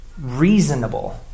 reasonable